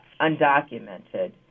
undocumented